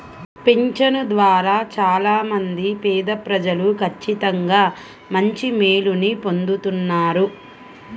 పింఛను ద్వారా చాలా మంది పేదప్రజలు ఖచ్చితంగా మంచి మేలుని పొందుతున్నారు